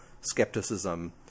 skepticism